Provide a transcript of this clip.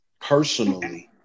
personally